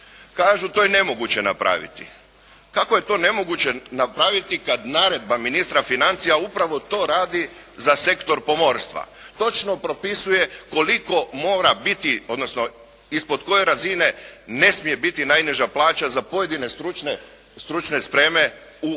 Kažu, to je nemoguće napraviti. Kako je to nemoguće napraviti kad naredba ministra financija upravo to radi za sektor pomorstva? Točno propisuje koliko mora biti, odnosno ispod koje razine ne smije biti najniža plaća za pojedine stručne spreme zaposlenih